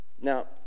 Now